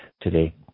today